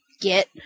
get